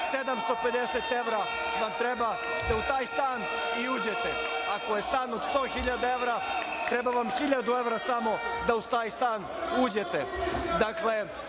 750 evra vam treba da u taj stan i uđete. Ako je stan od 100.000 evra treba vam 1.000 evra samo da u taj stan uđete. Dakle,